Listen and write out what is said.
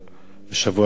בשבוע שעבר?